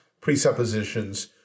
presuppositions